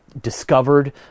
discovered